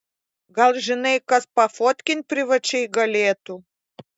gal žinai kas pafotkint privačiai galėtų